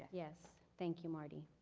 yes. thank you, marti.